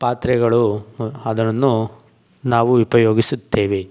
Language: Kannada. ಪಾತ್ರೆಗಳು ಅದನ್ನು ನಾವು ಉಪಯೋಗಿಸುತ್ತೇವೆ